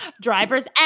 Driver's